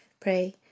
Pray